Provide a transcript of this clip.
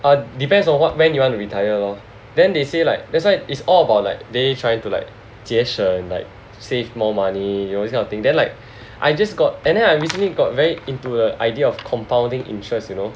err depends on what when you want to retire lor then they say like that's why it's all about like they trying to like 节省 like save more money you know this kind of thing then like I just got and then I recently got very into the idea of compounding interest you know